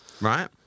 right